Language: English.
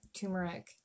turmeric